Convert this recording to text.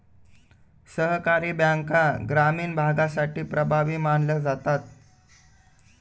सहकारी बँका ग्रामीण भागासाठी प्रभावी मानल्या जातात